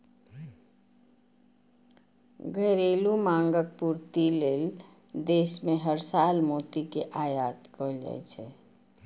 घरेलू मांगक पूर्ति लेल देश मे हर साल मोती के आयात कैल जाइ छै